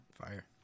Fire